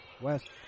West